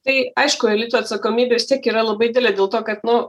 tai aišku elito atsakomybė vis tiek yra labai didelė dėl to kad nu